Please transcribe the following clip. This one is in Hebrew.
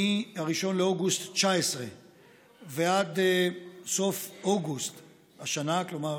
מ-1 באוגוסט 2019 ועד סוף אוגוסט השנה, כלומר